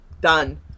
Done